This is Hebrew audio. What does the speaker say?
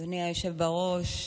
אדוני היושב בראש,